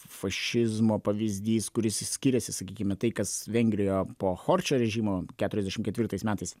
fašizmo pavyzdys kuris skiriasi sakykime tai kas vengrijoje pochorčio režimo keturiasdešim ketvirtais metais